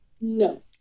No